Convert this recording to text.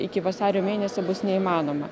iki vasario mėnesio bus neįmanoma